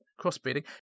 crossbreeding